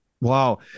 Wow